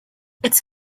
its